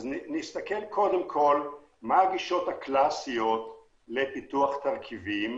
נסתכל קודם כול מה הגישות הקלסיות לפיתוח תרכיבים